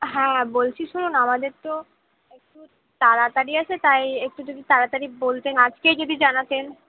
হ্যাঁ বলছি শুনুন আমাদের তো একটু তাড়াতাড়ি আছে তাই একটু যদি তাড়াতাড়ি বলতেন আজকেই যদি জানাতেন